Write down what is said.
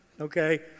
okay